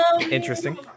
interesting